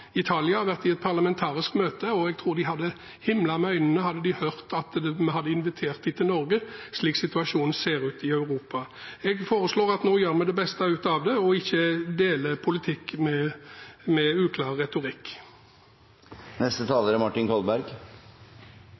Italia – jeg har vært i et parlamentarisk møte. Jeg tror de hadde himlet med øynene hadde de hørt at vi hadde invitert disse til Norge, slik situasjonen ser ut i Europa. Jeg foreslår at vi nå gjør det beste ut av det, og ikke deler en politikk med uklar retorikk.